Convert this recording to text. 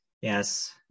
Yes